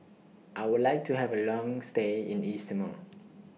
I Would like to Have A Long stay in East Timor